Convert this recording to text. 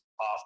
off